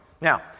Now